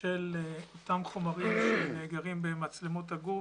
של אותם חומרים שנאגרים במצלמות הגוף,